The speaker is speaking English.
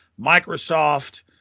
Microsoft